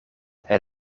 het